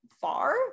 Far